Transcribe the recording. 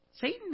Satan